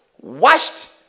washed